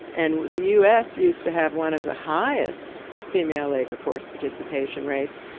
and the u s. used to have one of the highest female labor force participation rates,